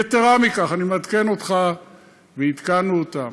יתרה מזו, אני מעדכן אותך ועדכנו אותם: